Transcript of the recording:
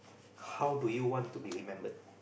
how do you want to be remembered